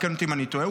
תקן אותי אם אני טועה.